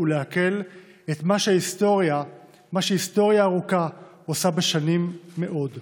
ולעכל / את מה שהיסטוריה ארוכה / עושה בשנים רבות מאוד.